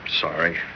sorry